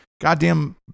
goddamn